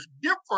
different